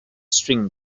string